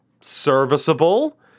serviceable